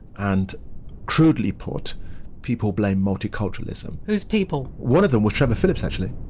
and crudely put people blame multiculturalism who's people? one of them was trevor phillips actually,